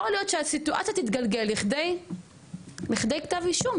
יכול להיות שהסיטואציה תתגלגל לכדי כתב אישום.